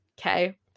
Okay